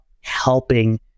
helping